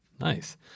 Nice